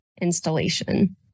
installation